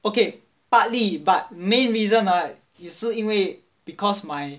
okay partly but main reason ah 也是因为 because my